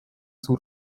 zur